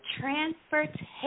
transportation